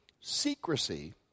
secrecy